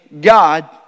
God